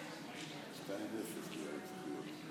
2 נתקבלו.